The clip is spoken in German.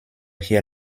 hier